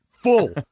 Full